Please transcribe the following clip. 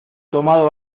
tomado